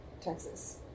Texas